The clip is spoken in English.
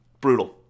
Brutal